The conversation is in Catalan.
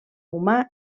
humà